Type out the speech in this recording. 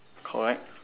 correct